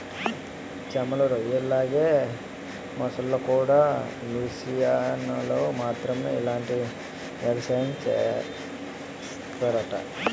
చేమలు, రొయ్యల్లాగే మొసల్లుకూడా లూసియానాలో మాత్రమే ఇలాంటి ఎగసాయం సేస్తరట